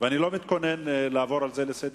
ואני לא מתכוון לעבור על כך לסדר-היום.